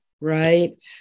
right